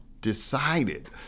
decided